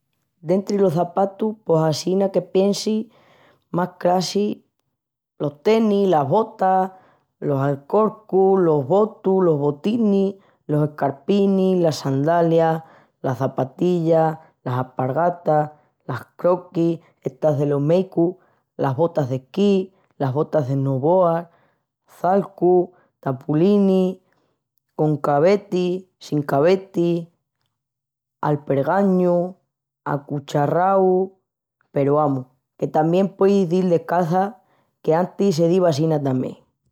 Dentri los çapatus pos assina que piensi más crassis… los tenis, las botas, los alcorcus, los botus, los botinis, los escarpinis, las sandalias, las çapatillas, las alpargatas, las croquis estas de los méicus, las botas d'esqui, las botas de snowboard, calcus, tapulinis, con cabetis, sin cabetis, alpergoñus, acucharraus... peru amus que tamién pueis dil descalça qu'enantis se diva assina tamién.